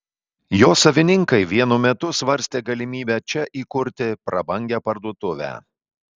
jo savininkai vienu metu svarstė galimybę čia įkurti prabangią parduotuvę